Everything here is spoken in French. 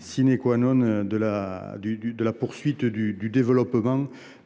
de la poursuite du développement